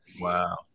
Wow